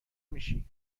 میشی